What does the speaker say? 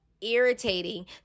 irritating